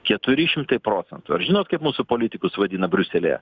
keturi šimtai procentų ar žinot kaip mūsų politikus vadina briuselyje